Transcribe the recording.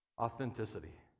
Authenticity